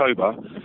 October